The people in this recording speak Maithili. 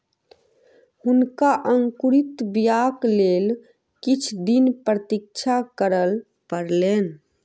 हुनका अंकुरित बीयाक लेल किछ दिन प्रतीक्षा करअ पड़लैन